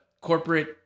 corporate